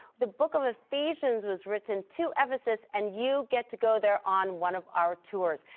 the book of ephesians was written to ephesus and you get to go there on one of our tours.